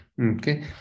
okay